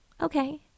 Okay